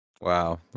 Wow